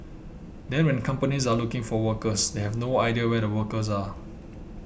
then when companies are looking for workers they have no idea where the workers are